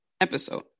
episode